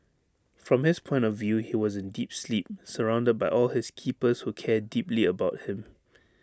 from his point of view he was in deep sleep surrounded by all his keepers who care deeply about him